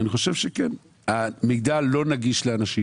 ואני חושב שכן, המידע לא נגיש לאנשים.